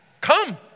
come